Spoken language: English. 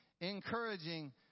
encouraging